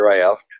draft